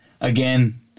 again